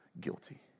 guilty